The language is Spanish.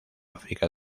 áfrica